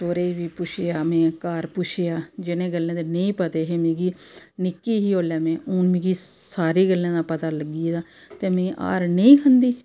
सौह्रे गी पुच्छेआ में घर पुच्छेआ जि'नें गल्लें दा निं पता हा क्योंकि निक्की ही उसलै में मिगी सारी गल्लें दा पता लग्गी गेदा ते में हार निं खंदी